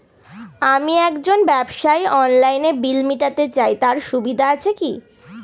আমি একজন ব্যবসায়ী অনলাইনে বিল মিটাতে চাই তার সুবিধা আছে কি?